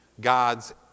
God's